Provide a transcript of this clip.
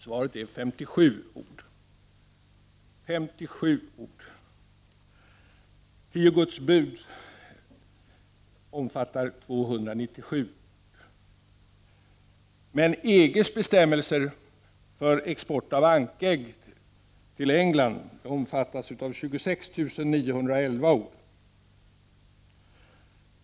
Svaret är 57 ord — 57 ord. Tio Guds bud omfattar 297 ord. Men EG:s bestämmelser för export av ankägg till England omfattar 26 911 ord.